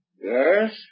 Yes